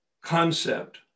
concept